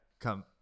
come